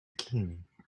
king